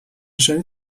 نشانی